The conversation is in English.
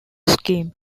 scheme